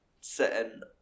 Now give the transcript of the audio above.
sitting